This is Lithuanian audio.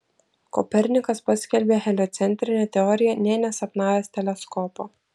kopernikas paskelbė heliocentrinę teoriją nė nesapnavęs teleskopo